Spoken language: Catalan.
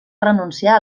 renunciar